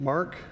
Mark